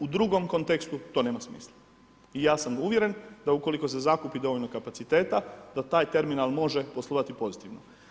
U drugom kontekstu to nema smisla i ja sam uvjeren da ukoliko se zakupi dovoljno kapaciteta, da taj terminal može poslovati pozitivno.